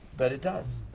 but it does.